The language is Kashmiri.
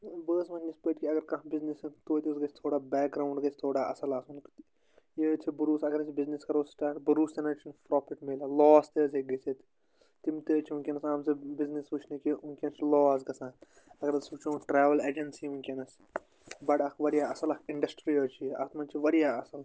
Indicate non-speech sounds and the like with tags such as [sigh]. بہٕ حظ وَنہٕ یِتھ پٲٹھۍ کہِ اگر کانٛہہ بزنیٚس [unintelligible] توتہِ حظ گژھہِ تھوڑا بیک گرٛاوُنٛڈ گَژھہِ تھوڑا اصٕل آسُن یہِ حظ چھُ بھروسہٕ اَگر أسۍ بِزنیٚس کَرو سٹارٹ بھروسہٕ تہِ نَہ حظ چھُنہٕ پرٛافٹ میلیٛاہ لاس تہِ حظ ہیٚکہِ گٔژھِتھ تِم تہِ حظ چھِ وُنٛکیٚس آمژٕ بِزنیٚس وُچھنہِ کہِ وُنٛکیٚس چھُ لاس گژھان اَگر أسۍ وُچھو ٹرٛیوٕل ایٚجَنسی وُنٛکیٚس بَڑٕ اَکھ واریاہ اصٕل اَکھ اِنڈَسٹرٛی حظ چھِ اَتھ منٛز چھِ واریاہ اصٕل